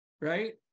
right